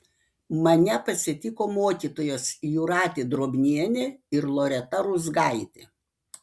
mane pasitiko mokytojos jūratė drobnienė ir loreta ruzgaitė